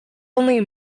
only